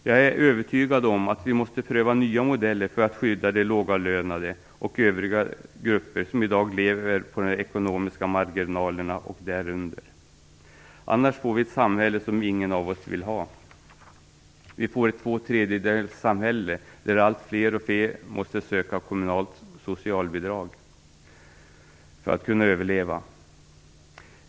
Jag är övertygad om att vi måste pröva nya modeller för att skydda de lågavlönade och övriga grupper som i dag lever på de ekonomiska marginalerna och därunder. Annars får vi ett samhälle som ingen av oss vill ha, nämligen ett tvåtredjedelssamhälle där allt fler måste söka kommunalt socialbidrag för att kunna överleva.